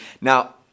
now